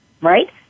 Right